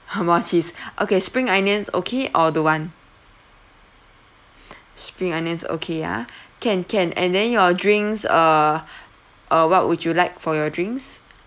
more cheese okay spring onions okay or don't want spring onions okay ah can can and then your drinks uh uh what would you like for your drinks